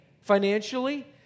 financially